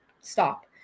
stop